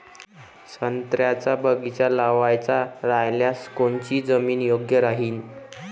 संत्र्याचा बगीचा लावायचा रायल्यास कोनची जमीन योग्य राहीन?